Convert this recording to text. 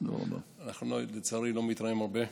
אנחנו לצערי לא מתראים הרבה.